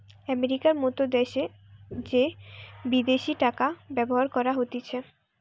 আমেরিকার মত দ্যাশে যে বিদেশি টাকা ব্যবহার করা হতিছে